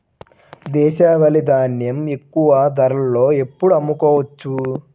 దేశవాలి ధాన్యం ఎక్కువ ధరలో ఎప్పుడు అమ్ముకోవచ్చు?